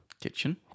Kitchen